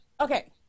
Okay